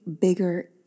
bigger